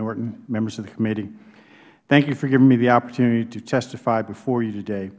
norton members of the committee thank you for giving me the opportunity to testify before you today